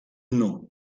non